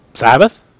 sabbath